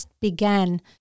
began